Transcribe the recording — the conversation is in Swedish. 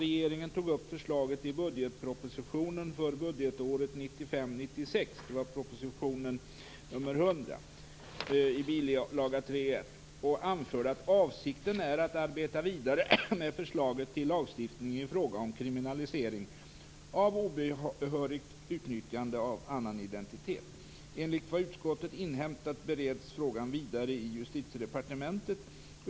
Regeringen tog upp förslaget i budgetpropositionen för budgetåret 1995 95:100, bilaga 3.1 s. 91) och anförde att avsikten är att arbeta vidare med förslaget till lagstiftning i fråga om kriminalisering av obehörigt utnyttjande av annans identitet. Enligt vad utskottet inhämtat bereds frågan vidare i Justitiedepartementet.